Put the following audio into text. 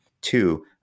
Two